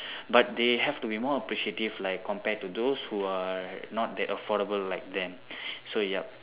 but they have to be more appreciative like compared to those who are not that affordable like them so yup